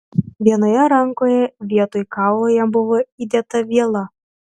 vienoje rankoje vietoj kaulo jam buvo įdėta viela